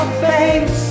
face